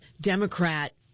Democrat